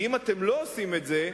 כי אם אתם לא עושים את זה,